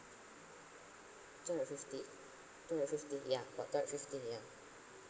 two hundred fifty two hundred fifty yeah for two hundred fifty ya